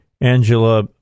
Angela